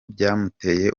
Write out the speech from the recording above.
byamuteye